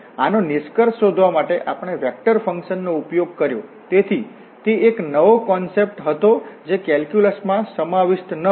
અને આનો નિષ્કર્ષ શોધવા માટે આપણે વેક્ટરફંકશન નો અભ્યાસ કર્યો તેથી તે એક નવો કોનસેપ્ટ હતો જે કેલ્ક્યુલસમાં સમાવિષ્ટ ન હતો